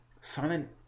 silent